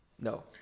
No